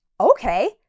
Okay